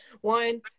one